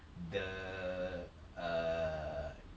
the err